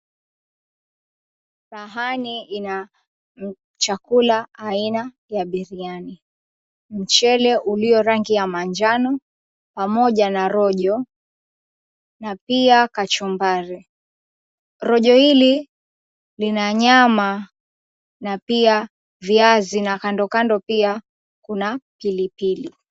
Sahani ina chakula aina ya biriani. Mchele uliyorangi ya manjano pamoja na rojo na pia kachumbari. Rojo hili lina nyama na pia viazi na kando kando pia kuna pilipili.